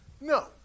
No